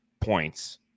points